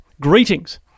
greetings